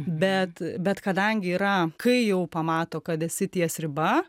bet bet kadangi yra kai jau pamato kad esi ties riba